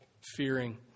fearing